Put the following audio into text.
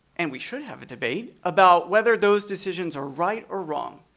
and we should have a debate about whether those decisions are right or wrong.